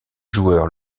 joueur